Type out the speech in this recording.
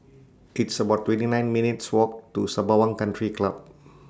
It's about twenty nine minutes' Walk to Sembawang Country Club